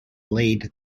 lead